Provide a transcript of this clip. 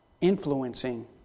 influencing